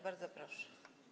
Bardzo proszę.